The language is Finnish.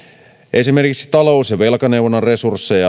esimerkiksi talous ja velkaneuvonnan resursseja